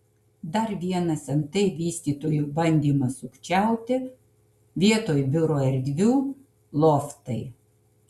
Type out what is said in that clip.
dar vienas nt vystytojų bandymas sukčiauti vietoj biuro erdvių loftai